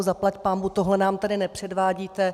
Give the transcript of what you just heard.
Zaplať pánbůh, tohle nám tady nepředvádíte.